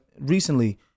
recently